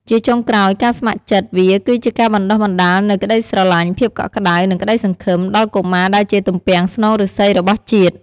ជាចុងក្រោយការស្ម័គ្រចិត្តវាគឺជាការបណ្ដុះបណ្ដាលនូវក្ដីស្រឡាញ់ ភាពកក់ក្ដៅ និងក្ដីសង្ឃឹម ដល់កុមារដែលជាទំពាំងស្នងឫស្សីរបស់ជាតិ។